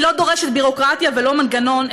היא לא דורשת ביורוקרטיה ולא מנגנון,